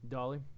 Dolly